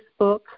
Facebook